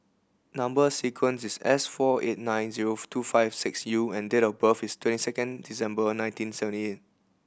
number sequence is S four eight nine zero two five six U and date of birth is twenty second December nineteen seventy eight